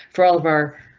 for all of our